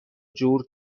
جور